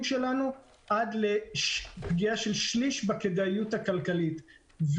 שלנו עד לפגיעה של שליש בכדאיות הכלכלית.